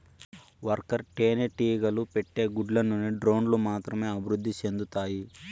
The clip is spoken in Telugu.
వర్కర్ తేనెటీగలు పెట్టే గుడ్ల నుండి డ్రోన్లు మాత్రమే అభివృద్ధి సెందుతాయి